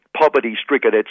poverty-stricken